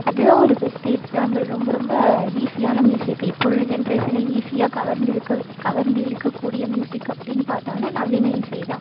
அது தான் ஒரு பெஸ்ட்டு எக்ஸாம்பிள் ரொம்ப ரொம்ப ஈஸியான மியூசிக் இப்போ உள்ள ஜென்ரேஷனை ஈஸியாக கவர்ந்து இருக்க கவர்ந்து இழுக்கக்கூடிய மியூசிக் அப்படின்னு பார்த்தோன்னா நவீன இசை தான்